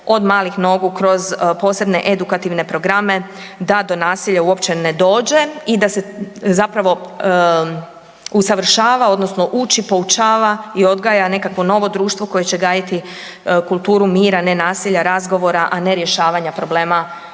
od malih nogu kroz posebne edukativne programe da do nasilja uopće ne dođe i da se zapravo usavršava odnosno uči, poučava i odgaja nekakvo novo društvo koje će gajiti kulturu milja, ne nasilja, razgovora, a ne rješavanja problema